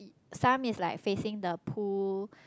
some is like facing the pool